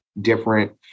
different